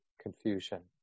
confusion